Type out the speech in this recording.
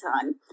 time